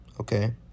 Okay